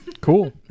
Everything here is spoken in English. Cool